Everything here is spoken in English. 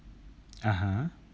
(uh huh)